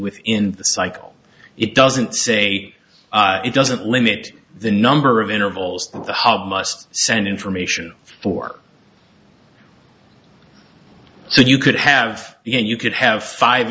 within the cycle it doesn't say it doesn't limit the number of intervals the hub must send information for so you could have you could have five